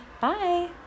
Bye